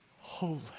holy